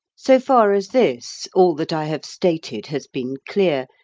so far as this, all that i have stated has been clear,